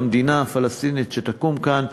המדינה הפלסטינית שתקום כאן.